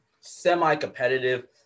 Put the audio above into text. semi-competitive